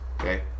okay